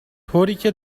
طوریکه